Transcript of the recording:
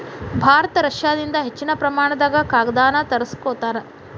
ಭಾರತ ರಷ್ಯಾದಿಂದ ಹೆಚ್ಚಿನ ಪ್ರಮಾಣದಾಗ ಕಾಗದಾನ ತರಸ್ಕೊತಾರ